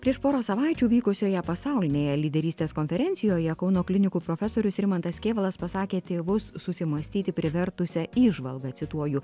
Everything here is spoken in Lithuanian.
prieš porą savaičių vykusioje pasaulinėje lyderystės konferencijoje kauno klinikų profesorius rimantas kėvalas pasakė tėvus susimąstyti privertusią įžvalgą cituoju